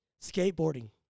Skateboarding